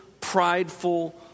prideful